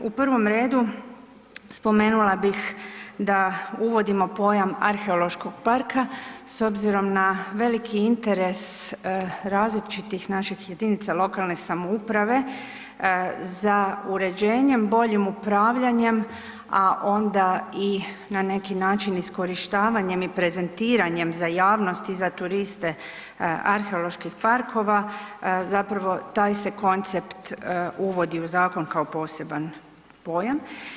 U prvom redu spomenula bih da uvodimo pojam „arheološkog parka“ s obzirom na veliki interes različitih naših JLS za uređenjem, boljim upravljanjem, a onda i na neki način iskorištavanjem i prezentiranjem za javnost i za turiste arheoloških parkova zapravo taj se koncept uvodi u zakon kao poseban pojam.